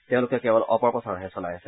তেওঁলোকে কেৱল অপপ্ৰচাৰহে চলাই আছে